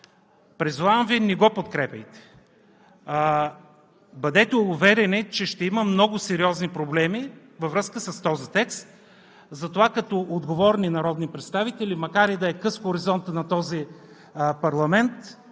Призовавам Ви, не го подкрепяйте! Бъдете уверени, че ще има много сериозни проблеми във връзка с този текст, затова като отговорни народни представители, макар и да е къс хоризонтът на този парламент,